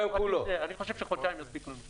אני חושב שחודשיים מספיק לנו.